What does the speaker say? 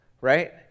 right